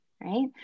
Right